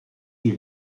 die